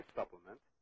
supplement